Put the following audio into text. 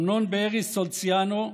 אמנון בארי סולציאנו,